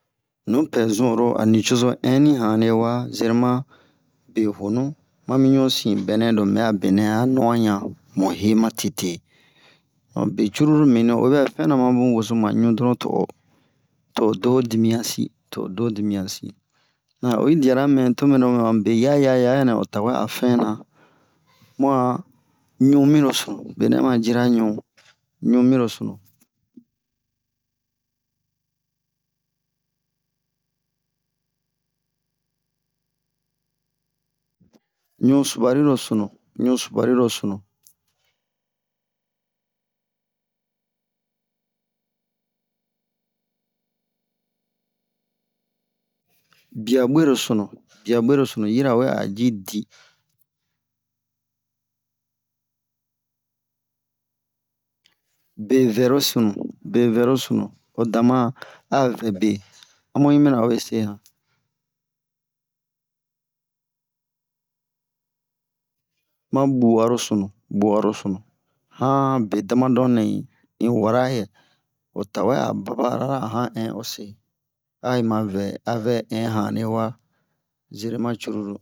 Nupɛ zun oro a nucozo in ni hane wa zerema behonu ma mi ɲusin bɛnɛ lo mu bɛ'a benɛ a no'onɲa mu he ma tete mu be cururu mibini oyi bɛ fɛna ma mu ɲozoma ɲu doron to'o to o do ho dimiyan si to'o do ho dimiyan si an oyi diya ra mɛ to mɛro han be yaya yanɛ o tawɛ a fɛna mu'a ɲu-miro sunu benɛ ma jira ɲu ɲu-miro sunu ɲu subariro sunu ɲu subariro sunu biya buwero-sunu bia buwero-sunu yirawe a'o ji di be vɛro sunu be vɛro sunu o dama a vɛ be a mu yi mina obe se han ma bu'aro-sunu bu'aro-sunu han be dama don nɛ un wara yɛ o tawɛ a baba ara a han in ose a yi ma vɛ avɛ in ho hinne wa zerema cururu